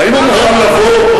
האם הוא מוכן לבוא.